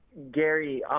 gary,